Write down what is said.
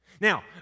Now